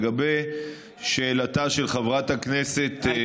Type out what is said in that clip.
לגבי שאלתה של חברת הכנסת,